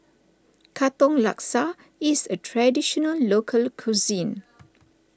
Katong Laksa is a Traditional Local Cuisine